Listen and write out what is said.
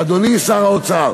אדוני שר האוצר,